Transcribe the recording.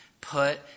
put